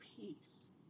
peace